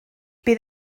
bydd